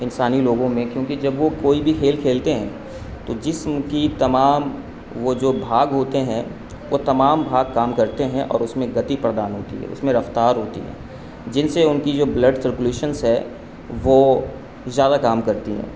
انسانی لوگوں میں کیونکہ جب وہ کوئی بھی کھیل کھیلتے ہیں تو جسم کی تمام وہ جو بھاگ ہوتے ہیں وہ تمام بھاگ کام کرتے ہیں اور اس میں گتی پردان ہوتی ہے اس میں رفتار ہوتی ہیں جن سے ان کی جو بلڈ سرکولیشنس ہے وہ زیادہ کام کرتی ہیں